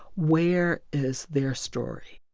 where is their story?